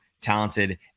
talented